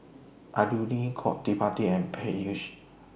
Alluri Gottipati and Peyush